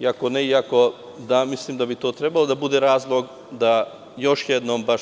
I ako ne i ako da, mislim da bi to trebalo da bude razlog da još jednom, bar